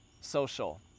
Social